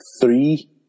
three